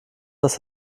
das